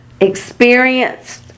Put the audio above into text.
experienced